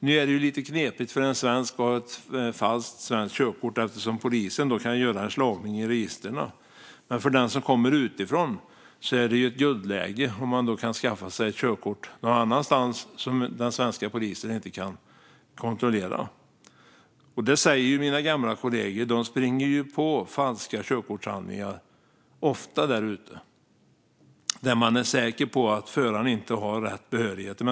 Nu är det lite knepigt för en svensk att inneha ett falskt svenskt körkort eftersom polisen kan göra en slagning i registren. Men för den som kommer utifrån är det ett guldläge att skaffa sig ett körkort någon annanstans som den svenska polisen inte kan kontrollera. Mina gamla kollegor säger att de springer på falska körkortshandlingar ofta, där de är säkra på att föraren inte har rätt behörighet.